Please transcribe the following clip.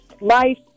life